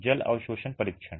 जल अवशोषण परीक्षण